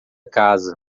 casa